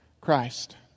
Christ